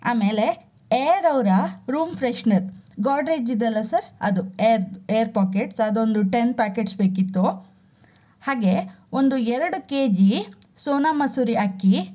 ಆಮೇಲೆ ಏರ್ ಅವರ room freshener ಗೋಡ್ರೆಜಿದಲ್ಲ ಸರ್ ಅದು ಏರ್ ಏರ್ ಪೋಕೆಟ್ಸ್ ಅದೊಂದು ಟೆನ್ ಪ್ಯಾಕೆಟ್ಸ್ ಬೇಕಿತ್ತು ಹಾಗೆ ಒಂದು ಎರಡು ಕೆ ಜಿ ಸೋನಾಮಸೂರಿ ಅಕ್ಕಿ